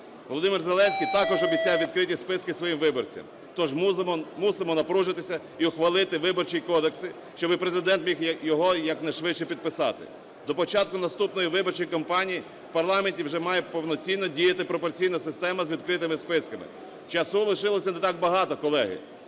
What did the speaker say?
Володимир Зеленський також обіцяв відкриті списки своїм виборцям. Тож мусимо напружитися і ухвалити Виборчий кодекс, щоб Президент міг його якнайшвидше підписати. До початку наступної виборчої кампанії в парламенті вже має повноцінно діяти пропорційна система з відкритими списками. Часу лишилося не так багато, колеги.